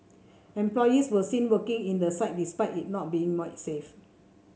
employees were seen working in the site despite it not being made safe